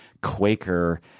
Quaker